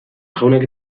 jaunak